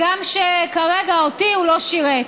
הגם שכרגע אותי הוא לא שירת.